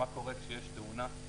מה קורה כשיש תאונה?